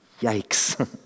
Yikes